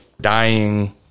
dying